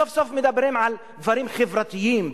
סוף-סוף מדברים על דברים חברתיים,